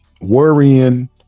worrying